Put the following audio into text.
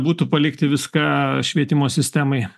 būtų palikti viską švietimo sistemai